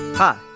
Hi